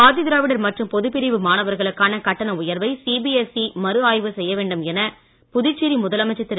ஆதிதிராவிடர் மற்றும் பொதுப்பிரிவு மாணவர்களுக்கான கட்டண உயர்வை சிபிஎஸ்இ மறு ஆய்வு செய்ய வேண்டும் என புதுச்சேரி முதலமைச்சர் திரு